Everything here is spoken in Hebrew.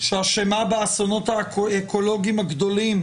שאשמה באסונות האקולוגיים הגדולים.